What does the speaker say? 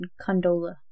Condola